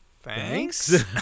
thanks